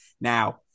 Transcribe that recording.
Now